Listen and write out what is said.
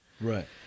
right